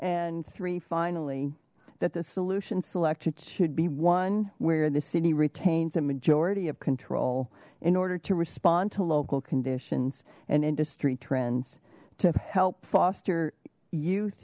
and three finally that the solution selected should be one where the city retains a majority of control in order to respond to local conditions and industry trends to help foster youth